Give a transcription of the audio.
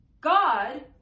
God